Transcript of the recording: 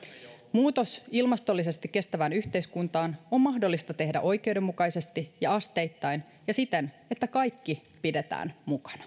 muutos ilmastollisesti kestävään yhteiskuntaan on mahdollista tehdä oikeudenmukaisesti ja asteittain ja siten että kaikki pidetään mukana